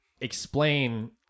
explain